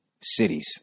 cities